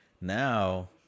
Now